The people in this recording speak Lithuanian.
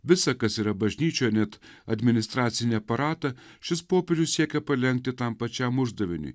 visa kas yra bažnyčia net administracinį aparatą šis popiežius siekia palenkti tam pačiam uždaviniui